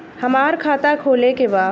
हमार खाता खोले के बा?